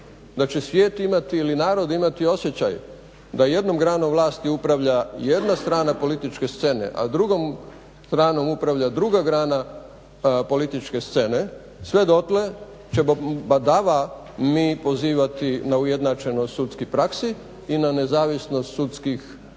da će svijet imati ili narod imati osjećaj da jednom granom vlasti upravlja jedna strana političke scene, a drugom stranom upravlja druga grana političke scene, sve dotle ćemo badava mi pozivati na ujednačenost sudskih praksi i na nezavisnost sudskih postupaka.